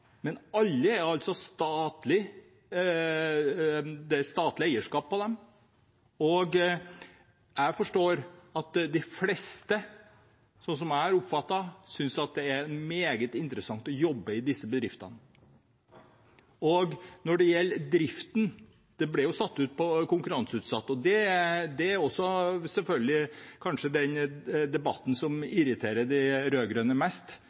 men alle er statlige, det er statlig eierskap, og jeg har oppfattet det sånn at de fleste synes at det er meget interessant å jobbe i disse bedriftene. Når det gjelder driften, ble den konkurranseutsatt, og det er selvfølgelig kanskje det i debatten som irriterer de rød-grønne mest,